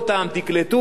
תיתנו להם עבודה.